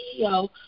CEO